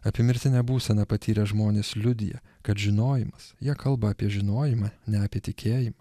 apiemirtinę būseną patyrę žmonės liudija kad žinojimas jie kalba apie žinojimą ne apie tikėjimą